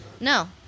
No